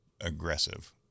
aggressive